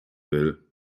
will